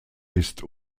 ist